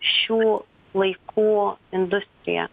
šių laikų industrija